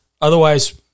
otherwise